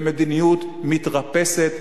במדיניות מתרפסת,